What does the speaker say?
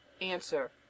Answer